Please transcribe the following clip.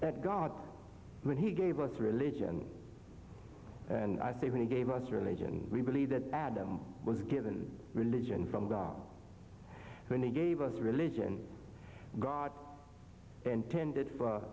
that god when he gave us religion and i think he gave us religion we believe that adam was given religion from guile when they gave us religion god intended for